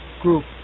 group